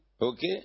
Okay